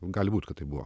gali būt kad tai buvo